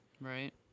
Right